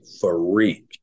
freak